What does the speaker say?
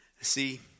See